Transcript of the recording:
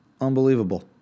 Unbelievable